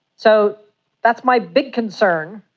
so that's my big concern.